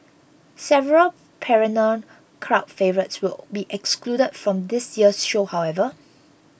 several perennial crowd favourites will be excluded from this year's show however